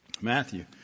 Matthew